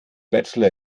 bachelor